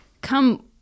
come